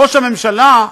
ראש הממשלה,